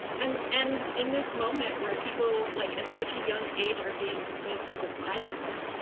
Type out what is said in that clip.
and and in this moment where people like at such a young age are being exposed to the violence.